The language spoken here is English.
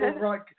right